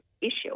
issue